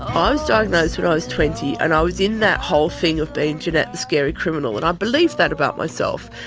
i was diagnosed when i was twenty, and i was in that whole thing of being jeanette the scary criminal, and i believed that about myself.